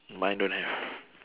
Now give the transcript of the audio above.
mine don't have